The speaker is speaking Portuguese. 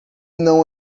não